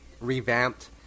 revamped